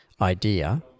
idea